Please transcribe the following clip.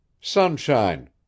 sunshine